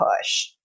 push